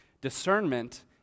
Discernment